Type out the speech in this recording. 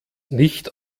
nicht